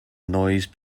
noise